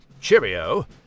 cheerio